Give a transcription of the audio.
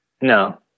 No